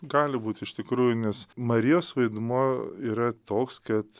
gali būt iš tikrųjų nes marijos vaidmuo yra toks kad